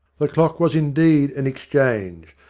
the clock was indeed an exchange,